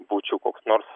būčiau koks nors